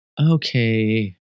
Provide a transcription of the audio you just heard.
okay